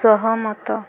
ସହମତ